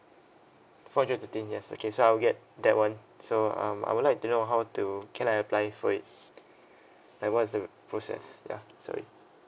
four hundred thirteen yes okay so I'll get that [one] so um I would like to know how to can I apply for it like what is the process ya sorry